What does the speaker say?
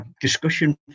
discussion